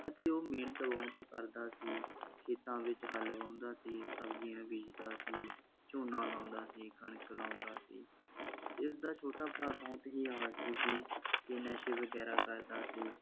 ਅਤੇ ਉਹ ਮਿਹਨਤ ਬਹੁਤ ਕਰਦਾ ਸੀ ਖੇਤਾਂ ਵਿੱਚ ਹੱਲ ਵਾਉਂਦਾ ਸੀ ਸਬਜ਼ੀਆਂ ਬੀਜਦਾ ਸੀ ਝੋਨਾ ਲਾਉਂਦਾ ਸੀ ਕਣਕ ਲਾਉਂਦਾ ਸੀ ਅਤੇ ਉਸਦਾ ਛੋਟਾ ਭਰਾ ਬਹੁਤ ਹੀ ਆਲਸੀ ਸੀ ਕਿ ਨਸ਼ੇ ਵਗੈਰਾ ਕਰਦਾ ਸੀ